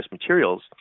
materials